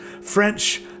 French